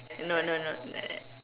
no no no uh